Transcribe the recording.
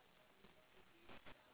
okay ya ya ya